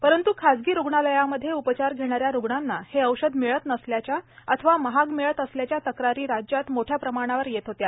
परंतु खाजगी रुग्णालयामध्ये उपचार घेणाऱ्या रुग्णांना हे औषध मिळत नसल्याच्या अथवा महाग मिळत असल्याच्या तक्रारी राज्यात मोठया प्रमाणावर येत होत्या